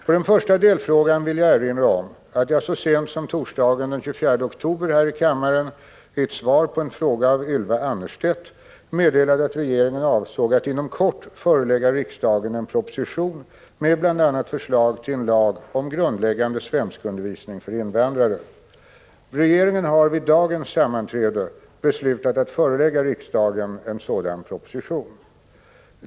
På den första delfrågan vill jag erinra om att jag så sent som torsdagen den 24 oktober här i kammaren, i ett svar på en fråga av Ylva Annerstedt, meddelade att regeringen avsåg att inom kort förelägga riksdagen en proposition med bl.a. förslag till en lag om grundläggande svenskundervisning för invandrare. Regeringen har vid dagens sammanträde beslutat att förelägga riksdagen en sådan proposition.